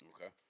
Okay